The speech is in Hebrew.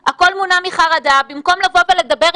מתווה,